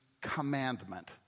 commandment